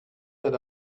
that